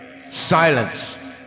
silence